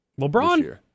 LeBron